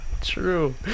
True